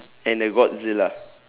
and a godzilla